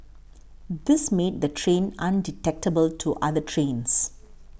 this made the train undetectable to other trains